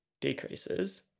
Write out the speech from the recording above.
decreases